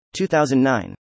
2009